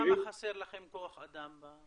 כמה חסר לכם כוח אדם?